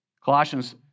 Colossians